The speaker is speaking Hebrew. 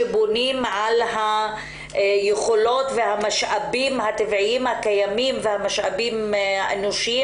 שבונים על היכולות והמשאבים הטבעיים האנושיים